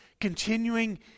continuing